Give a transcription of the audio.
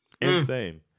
Insane